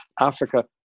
Africa